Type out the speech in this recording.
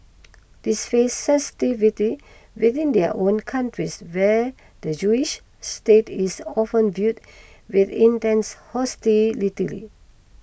they face sensitivity within their own countries where the Jewish state is often viewed with intense hostility